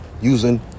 using